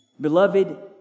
Beloved